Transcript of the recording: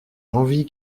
l’envie